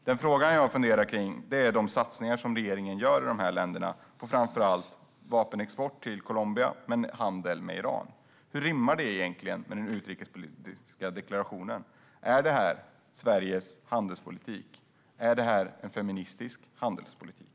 Den fråga jag funderar på är de satsningar som regeringen gör i dessa länder, framför allt vapenexport till Colombia men också handel med Iran. Hur rimmar egentligen detta med den utrikespolitiska deklarationen? Är detta Sveriges handelspolitik? Är detta en feministisk handelspolitik?